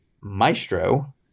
Maestro